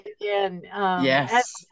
Yes